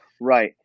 Right